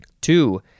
Two